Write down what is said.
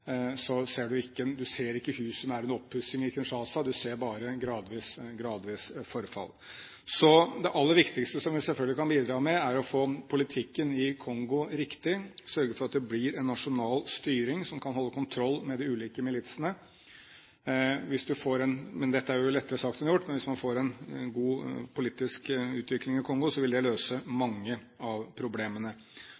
så vanskelige å håndtere. Kinshasa er den afrikanske byen, som i hvert fall jeg har vært i, hvor du ser minst tydelig framgang, mens det er stor framgang å se i byer som Addis Abeba eller, i Kongos naboland, Kigali. Du ser ikke hus som er under oppussing i Kinshasa, du ser bare gradvis forfall. Det aller viktigste vi selvfølgelig kan bidra med, er å få politikken i Kongo riktig, sørge for at det blir en nasjonal styring som kan holde kontroll med de ulike militsene. Men dette er jo